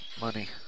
money